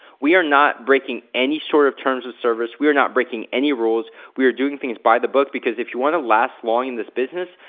we are not breaking any sort of terms of service. we are not breaking any rules. we are doing things by the book because if you wanna last long in this business,